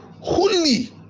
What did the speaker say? Holy